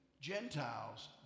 Gentiles